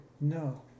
No